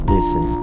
Listen